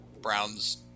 Browns